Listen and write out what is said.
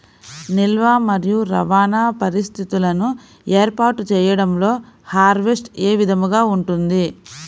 నిల్వ మరియు రవాణా పరిస్థితులను ఏర్పాటు చేయడంలో హార్వెస్ట్ ఏ విధముగా ఉంటుంది?